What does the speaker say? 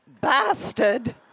Bastard